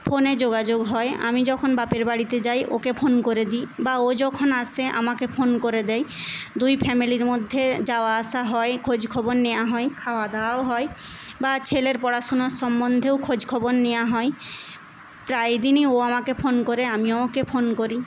ফোনে যোগাযোগ হয় আমি যখন বাপের বাড়িতে যাই ওকে ফোন করে দিই বা ও যখন আসে আমাকে ফোন করে দেয় দুই ফ্যামিলির মধ্যে যাওয়া আসা হয় খোঁজখবর নেওয়া হয় খাওয়া দাওয়াও হয় বা ছেলের পড়াশোনার সম্বন্ধেও খোঁজখবর নেওয়া হয় প্রায়দিনই ও আমাকে ফোন করে আমিও ওকে ফোন করি